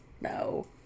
no